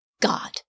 God